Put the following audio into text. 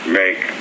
make